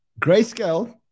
Grayscale